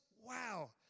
Wow